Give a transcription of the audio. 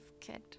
kid